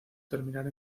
terminar